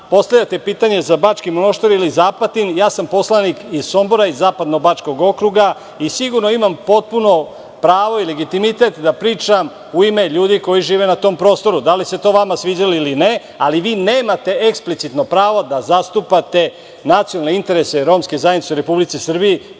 postavljate pitanje za Bački Monoštor ili za Apatin. Poslanik sam iz Sombora i Zapadno Bačkog okruga i sigurno imam potpuno pravo i legitimitet da pričam u ime ljudi koji žive na tom prostoru, da li se to vama sviđalo ili ne. Vi nemate eksplicitno pravo da zastupate nacionalne interese romske zajednice u Republici Srbiji